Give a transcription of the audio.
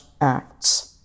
acts